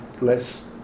less